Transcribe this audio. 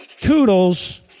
Toodles